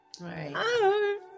Right